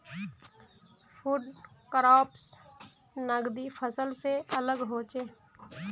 food crops नगदी फसल से अलग होचे